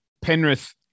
Penrith